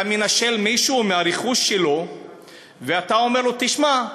אתה מנשל מישהו מהרכוש שלו ואתה אומר לו: תשמע,